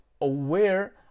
aware